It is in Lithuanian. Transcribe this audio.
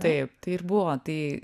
taip tai ir buvo tai